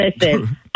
listen